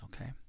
Okay